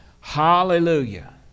Hallelujah